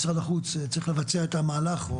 משרד החוץ צריך לבצע את המהלך.